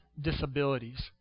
disabilities